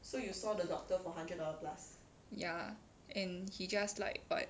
ya and he just like what